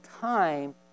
time